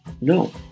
no